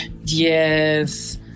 Yes